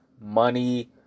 money